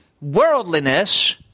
worldliness